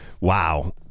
wow